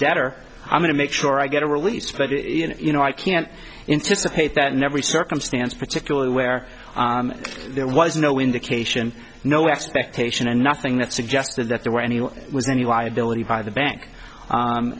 debtor i'm going to make sure i get a release but you know i can't insist of hate that never circumstance particularly where there was no indication no expectation and nothing that suggested that there were any was any liability by the bank